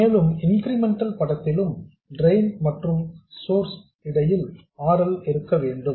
மேலும் இன்கிரிமெண்டல் படத்திலும் டிரெயின் மற்றும் சோர்ஸ் இடையில் R L இருக்க வேண்டும்